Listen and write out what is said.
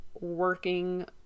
working